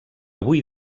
avui